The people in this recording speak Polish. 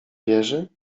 wierzy